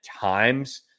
times